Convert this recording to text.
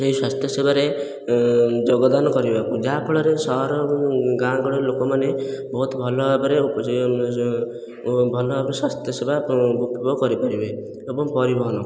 ଏହି ସ୍ୱାସ୍ଥ୍ୟ ସେବାରେ ଯୋଗଦାନ କରିବାକୁ ଯାହାଫଳରେ ସହର ଗାଁ ଗହଳିର ଲୋକମାନେ ବହୁତ ଭଲ ଭାବରେ ଭଲ ଭାବରେ ସ୍ୱାସ୍ଥ୍ୟ ସେବା ଉପଭୋଗ କରିପାରିବେ ଏବଂ ପରିବହନ